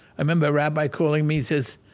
i remember a rabbi calling me, says,